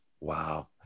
wow